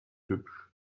hübsch